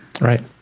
Right